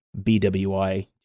BWI